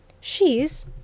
she's—